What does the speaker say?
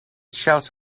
shouts